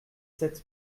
sept